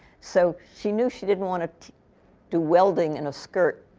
so she knew she didn't want to do welding in a skirt.